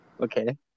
Okay